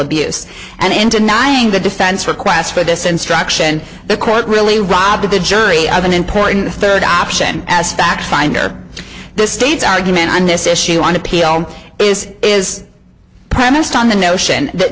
abuse and into naing the defense requests for this instruction the court really rob to the jury of an important third option as fact finder the state's argument on this issue on appeal is is premised on the notion that